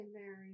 Mary